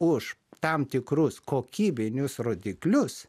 už tam tikrus kokybinius rodiklius